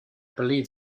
believe